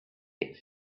its